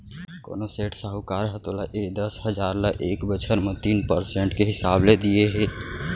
कोनों सेठ, साहूकार ह तोला ए दस हजार ल एक बछर बर तीन परसेंट के हिसाब ले दिये हे?